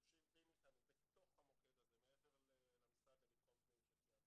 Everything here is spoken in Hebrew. יושבים איתנו בתוך המוקד הזה מעבר למשרד לביטחון פנים שציינת,